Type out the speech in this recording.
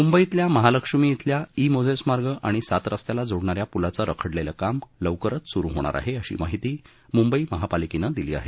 मुंबईतल्या महालक्ष्मी इथल्या E Moses Marg आणि सातरस्त्याला जोडणाऱ्या प्लाचं रखडलेलं काम लवकरच सुरु होणार आहे अशी माहिती मुंबई महापालिकेनं दिली आहे